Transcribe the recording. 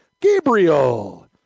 Gabriel